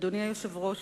אדוני היושב-ראש,